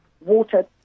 water